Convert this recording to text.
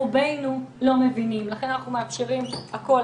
רובנו לא מבינים, לכן אנחנו מאפשרים הכל.